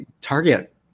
Target